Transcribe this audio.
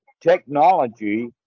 technology